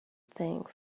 things